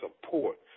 support